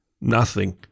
Nothing